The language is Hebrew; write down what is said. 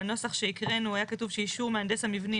בנוסח שהקראנו היה כתוב "אישור מהנדס המבנים